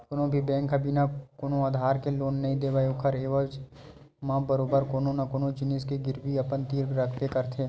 कोनो भी बेंक ह बिना कोनो आधार के लोन नइ देवय ओखर एवज म बरोबर कोनो न कोनो जिनिस के गिरवी अपन तीर रखबे करथे